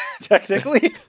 technically